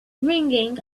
ringing